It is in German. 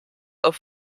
auf